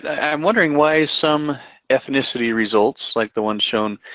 and i'm wondering why some ethnicity results, like the one shown,